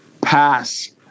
pass